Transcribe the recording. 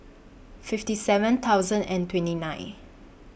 fifty seven thousand and twenty nine